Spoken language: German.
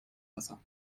wasser